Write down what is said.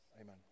Amen